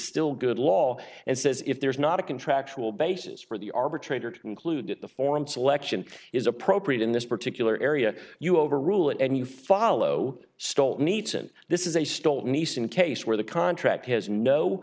still good law and says if there's not a contractual basis for the arbitrator to include the form selection is appropriate in this particular area you overrule it and you follow stole neetzan this is a still nice in case where the contract has no